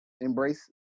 embrace